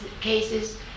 cases